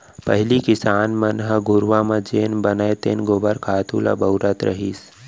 पहिली किसान मन ह घुरूवा म जेन बनय तेन गोबर खातू ल बउरत रहिस